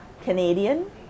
Canadian